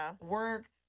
work